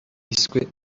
yiswe